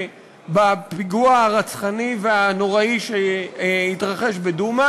בפיגוע הרצחני והנוראי שהתרחש בדומא